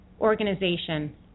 organization